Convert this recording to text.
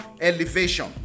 elevation